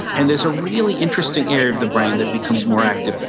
and there's a really interesting area of the brain that becomes more active.